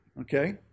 okay